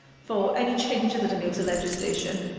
for any changes that are made to legislation,